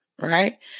right